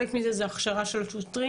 חלק מזה זה הכשרה של השוטרים.